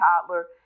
toddler